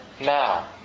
now